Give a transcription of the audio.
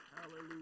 Hallelujah